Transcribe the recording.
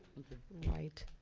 right,